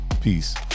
peace